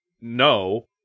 no